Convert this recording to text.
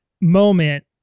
moment